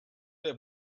der